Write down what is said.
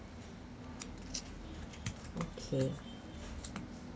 okay